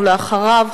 אחריו,